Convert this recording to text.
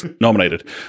nominated